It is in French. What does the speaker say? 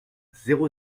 zéro